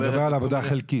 אתה מדבר על עבודה חלקית.